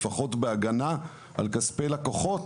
לפחות בהגנה על כספי לקוחות,